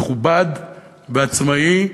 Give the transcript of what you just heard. מכובד ועצמאי.